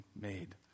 made